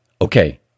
Okay